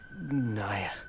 Naya